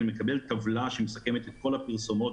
אני מקבל טבלה שמסכמת את כל הפרסומות